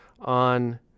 on